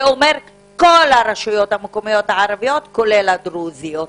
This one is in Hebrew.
אומר כל הרשויות המקומיות הערביות כולל הדרוזיות,